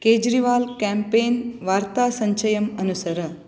Kejriwal campaign वार्तासञ्चयम् अनुसर